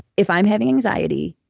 if i'm having anxiety,